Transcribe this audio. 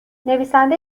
نویسنده